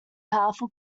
powerful